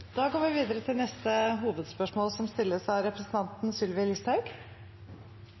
Da går vi videre til neste hovedspørsmål.